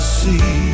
see